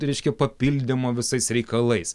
reiškia papildymo visais reikalais